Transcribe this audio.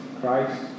Christ